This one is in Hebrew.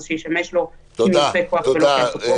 אז שישמש לו כמיופה כוח ולא כאפוטרופוס.